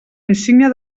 insígnia